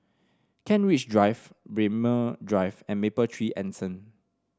Kent Ridge Drive Braemar Drive and Mapletree Anson